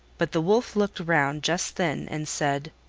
but the wolf looked round just then and said,